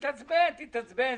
תתעצבן, תתעצבן.